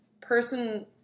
person